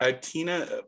Tina